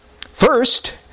First